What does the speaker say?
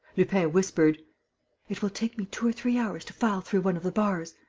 lupin whispered it will take me two or three hours to file through one of the bars.